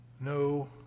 no